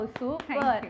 super